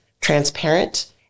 transparent